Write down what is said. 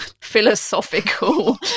philosophical